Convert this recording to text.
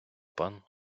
пан